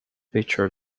feature